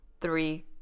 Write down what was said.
Three